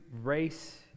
race